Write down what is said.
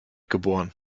geboren